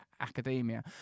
academia